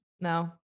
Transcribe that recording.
no